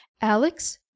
alex